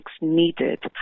needed